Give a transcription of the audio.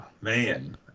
man